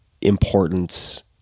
importance